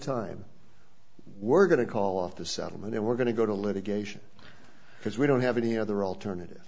time we're going to call off the settlement and we're going to go to litigation because we don't have any other alternative